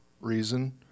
reason